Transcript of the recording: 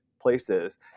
places